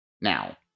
Now